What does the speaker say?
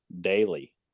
daily